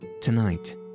Tonight